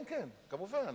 כן, כן, כמובן.